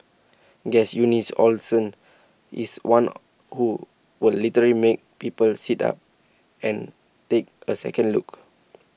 Guess Eunice Olsen is one who will literally make people sit up and take A second look